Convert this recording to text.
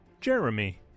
Jeremy